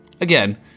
Again